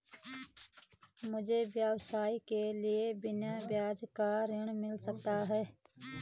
मुझे व्यवसाय के लिए बिना ब्याज का ऋण मिल सकता है?